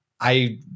I-